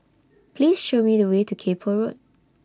Please Show Me The Way to Kay Poh Road